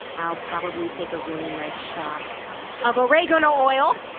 i'll probably take a really nice shot of oregano oil,